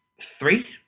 three